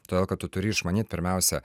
todėl kad tu turi išmanyt pirmiausia